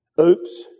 Oops